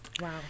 Wow